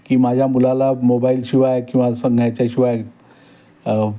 की माझ्या मुलाला मोबाईलशिवाय किंवा शिवाय